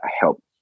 help